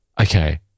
okay